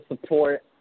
support